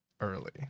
early